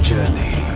journey